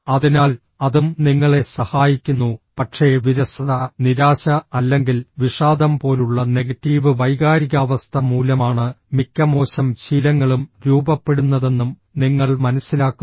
അതിനാൽ അതും നിങ്ങളെ സഹായിക്കുന്നു പക്ഷേ വിരസത നിരാശ അല്ലെങ്കിൽ വിഷാദം പോലുള്ള നെഗറ്റീവ് വൈകാരികാവസ്ഥ മൂലമാണ് മിക്ക മോശം ശീലങ്ങളും രൂപപ്പെടുന്നതെന്നും നിങ്ങൾ മനസ്സിലാക്കുന്നു